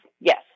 yes